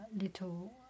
little